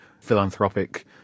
philanthropic